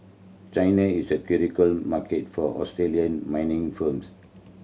China is a critical market for Australian mining firms